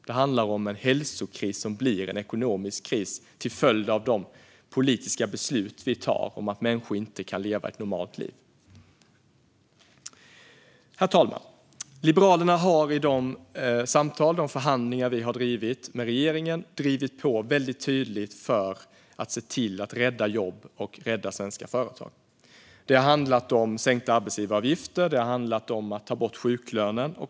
Detta handlar om en hälsokris som blir en ekonomisk kris till följd av de politiska beslut vi tar om att människor inte kan leva ett normalt liv. Herr talman! Liberalerna har i de samtal och förhandlingar vi har fört med regeringen drivit på väldigt tydligt för att se till att rädda jobb och rädda svenska företag. Det har handlat om sänkta arbetsgivaravgifter och om att ta bort sjuklönen.